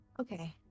Okay